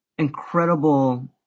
incredible